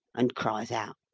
and cries out,